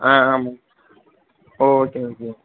ஆ ஆமாம் ஓ okay okay